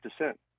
dissent